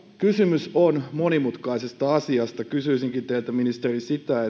kysymys on monimutkaisesta asiasta niin kysyisin ministeri teiltä sitä